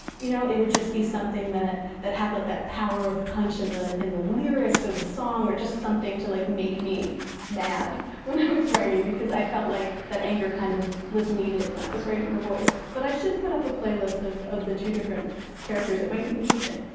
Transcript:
you know it would just be something that that had like that power of punch in the in the lyrics, or the song, or just something to like make me mad when i was writing, because i felt like that anger kind of was needed when i was writing her voice. but i should put up a playlist of of the two different characters. it might be interesting.